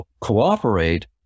cooperate